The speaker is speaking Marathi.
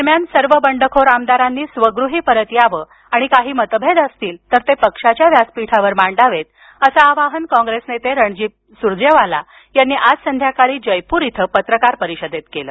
दरम्यान सर्व बंडखोर आमदारांनी स्वगृही परत यावं आणि काही मतभेद असतील तर ते पक्षाच्या व्यासपीठावर मांडावेत असं आवाहन कॉंग्रेस नेते रणदीप सुरजेवाला यांनी आज संध्याकाळी जयपूर इथं पत्रकार परिषदेत केलं